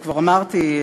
וכבר אמרתי,